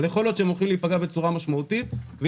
אבל יכול להיות שהם הולכים להיפגע בצורה משמעותית ואם